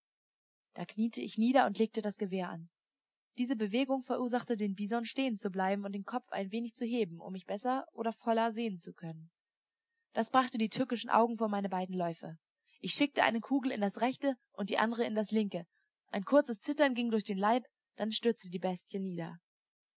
da kniete ich nieder und legte das gewehr an diese bewegung verursachte den bison stehen zu bleiben und den kopf ein wenig zu heben um mich besser oder voller sehen zu können das brachte die tückischen augen vor meine beiden läufe ich schickte eine kugel in das rechte und die andere in das linke ein kurzes zittern ging durch den leib dann stürzte die bestie nieder